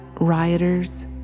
rioters